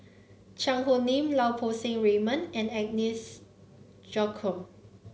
Cheang Hong Lim Lau Poo Seng Raymond and Agnes Joaquim